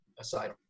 aside